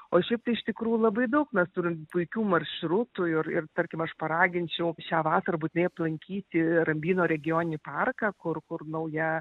o šiaip iš tikrųjų labai daug mes turim puikių maršrutų ir ir tarkim aš paraginčiau šią vasarą būtinai aplankyti rambyno regioninį parką kur kur nauja